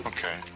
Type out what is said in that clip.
Okay